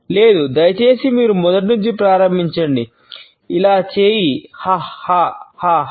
లేదు దయచేసి మీరు మొదటి నుంచీ ప్రారంభించండి ఇలా చేయి హ హ హ హ